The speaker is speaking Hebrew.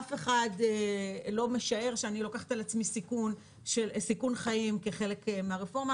אף אחד לא משער שאני לוקחת על עצמי סיכון חיים כחלק מהרפורמה,